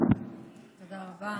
תודה רבה.